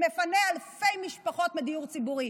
שמפנה אלפי משפחות מהדיור הציבורי.